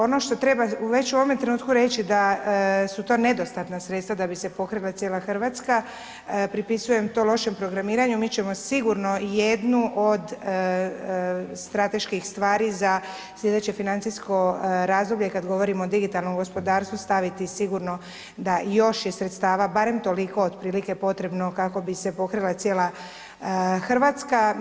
Ono što treba već u ovome trenutku reći da su to nedostatna sredstva da bi se pokrila cijela RH, pripisujem to lošem programiranju, mi ćemo sigurno jednu od strateških stvari za slijedeće financijsko razdoblje kad govorimo o digitalnom gospodarstvu staviti sigurno da i još je sredstava barem toliko otprilike potrebno kako bi se pokrila cijela RH.